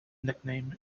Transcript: nickname